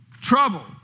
Trouble